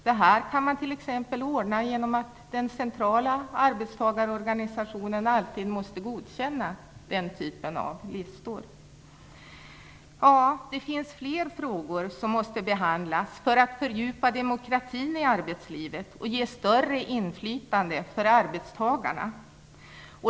Det kan lösas genom att den centrala arbetstagarorganisationen alltid måste godkänna den typen av listor. Ja, det finns fler frågor som måste behandlas när det gäller att fördjupa demokratin i arbetslivet och ge större inflytande för arbetstagarna.